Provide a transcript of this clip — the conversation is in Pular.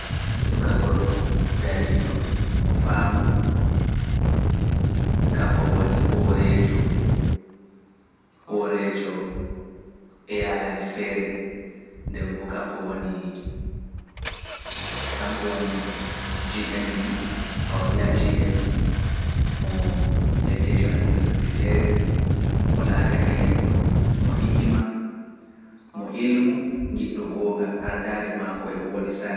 Suka gorko dariiɗo mo faamu, kanko woni hooreejo, hooreejo airlines feere, ndembo kanko woni, kanko woni GMD, Pawniya GMD, mo aviation industry feere, mo laatake neɗɗo mo hikima, mo ilmo giɗo goonga ardaare maako e wooɗi sanne.